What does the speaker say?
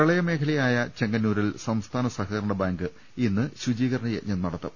പ്രളയ മേഖലയായ ചെങ്ങന്നൂരിൽ സംസ്ഥാന സഹകരണ ബാങ്ക് ഇന്ന് ശുചീകരണയജ്ഞം നടത്തും